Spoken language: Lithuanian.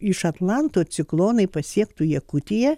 iš atlanto ciklonai pasiektų jakutiją